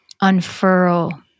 unfurl